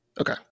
Okay